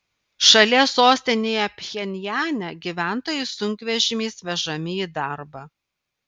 šalies sostinėje pchenjane gyventojai sunkvežimiais vežami į darbą